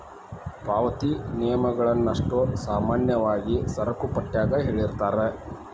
ಪಾವತಿ ನಿಯಮಗಳನ್ನಷ್ಟೋ ಸಾಮಾನ್ಯವಾಗಿ ಸರಕುಪಟ್ಯಾಗ ಹೇಳಿರ್ತಾರ